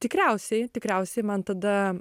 tikriausiai tikriausiai man tada